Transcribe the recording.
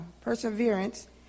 Perseverance